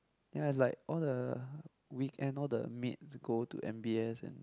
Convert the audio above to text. ya is like all the weekend all the maids go to m_b_s and